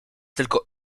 tylko